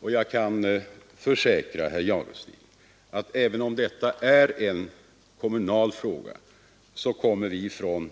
Och jag kan försäkra herr Jadestig att även om detta är en kommunal fråga kommer vi inom